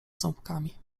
ząbkami